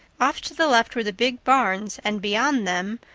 off to the left were the big barns and beyond them,